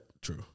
True